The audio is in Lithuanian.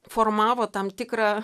formavo tam tikrą